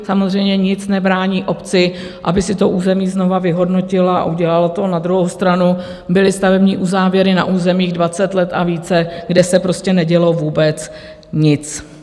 Samozřejmě, nic nebrání obci, aby si to území znova vyhodnotila a udělala to, na druhou stranu byly stavební uzávěry na územích dvacet let a více, kde se prostě nedělo vůbec nic.